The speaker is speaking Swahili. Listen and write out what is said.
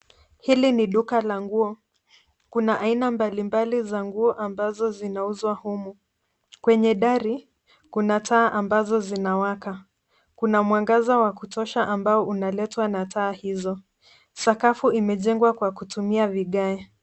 Hili ni duka la nguo ,kuna aina mbalimbali za nguo ambazo zinauzwa humu kwenye dari kuna taa ambazo zinawaka, kuna mwangaza wa kutosha ambao unaletwa na taa hizo ,sakafu imejengwa kwa kutumia vigae.